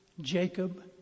Jacob